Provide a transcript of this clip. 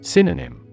Synonym